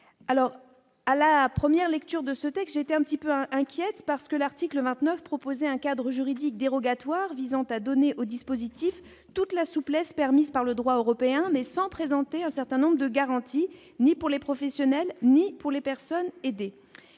alors à la première lecture de ce texte était un petit peu inquiète parce que l'article 29, proposer un cadre juridique dérogatoire visant à donner au dispositif toute la souplesse permise par le droit européen mais sans présenter un certain nombre de garanties ni pour les professionnels, ni pour les personnes aidés,